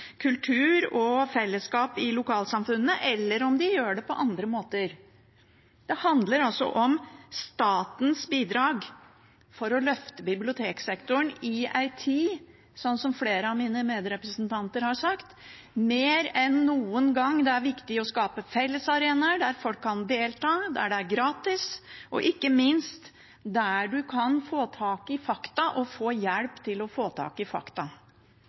kultur og fellesskap i lokalsamfunnene, eller om de gjør det på andre måter. Det handler altså om statens bidrag for å løfte biblioteksektoren i en tid hvor det, slik som flere av mine medrepresentanter har sagt, mer enn noen gang er viktig å skape fellesarenaer der folk kan delta, der det er gratis, og ikke minst der en kan få tak i fakta, og få hjelp til å få tak i fakta.